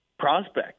prospects